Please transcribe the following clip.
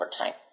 overtime